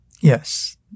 Yes